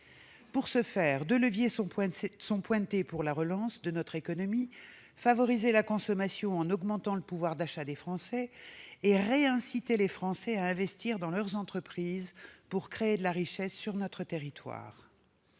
Pour ce faire, deux leviers sont pointés pour la relance de notre économie : favoriser la consommation en augmentant le pouvoir d'achat des Français et réinciter les Français à investir dans leurs entreprises pour créer de la richesse sur notre territoire.